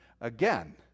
again